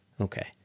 Okay